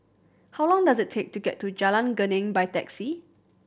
how long does it take to get to Jalan Geneng by taxi